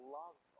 love